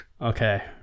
Okay